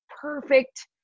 perfect